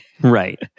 Right